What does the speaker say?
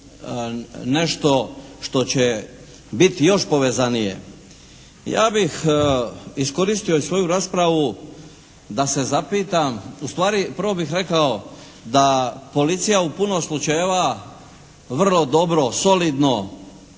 nešto što će biti još povezanije. Ja bih iskoristio i svoju raspravu da se zapitam ustvari, prvo bih rekao da Policija u puno slučajeva vrlo dobro, solidno